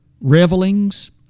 revelings